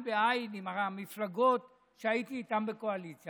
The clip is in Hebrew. בעין עם המפלגות שהייתי איתן בקואליציה,